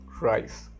rice